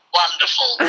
wonderful